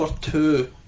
two